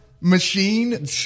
machine